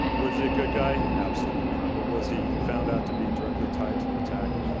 was it a good guy? absolutely not. but was he found out to be directly tied to the attack?